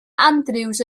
andrews